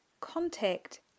contact